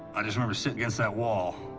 i just remember sitting against that wall,